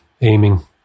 aiming